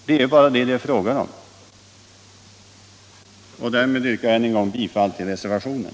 Det är bara det som det är fråga om. Jag yrkar än en gång bifall till reservationen.